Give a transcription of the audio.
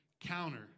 counter